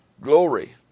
Glory